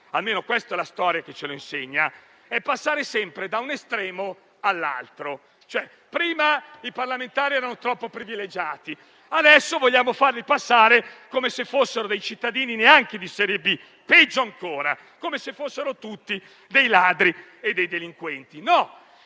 sbagliata - è la storia che ce lo insegna - è passare sempre da un estremo all'altro: prima i parlamentari erano troppo privilegiati, mentre adesso vogliamo farli passare come se fossero dei cittadini neanche di serie B ma, peggio ancora, come se fossero tutti dei ladri e dei delinquenti.